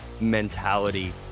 mentality